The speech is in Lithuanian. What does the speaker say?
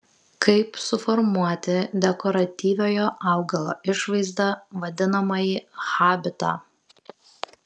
kaip suformuoti dekoratyviojo augalo išvaizdą vadinamąjį habitą